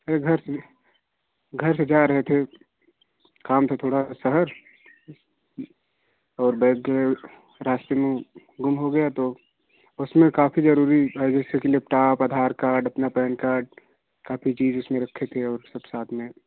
अरे घर से घर से जा रहे थे काम था थोड़ा शहर और बैग रास्ते में गुम हो गया तो उसमें काफी जरूरी जैसे कि लैपटॉप आधार कार्ड अपना पेन कार्ड काफी चीज उसमें रखे थे और सब साथ में